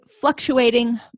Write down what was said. fluctuating